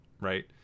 right